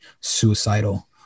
suicidal